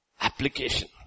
Application